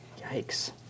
Yikes